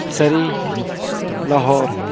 Surrey Lahore